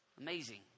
amazing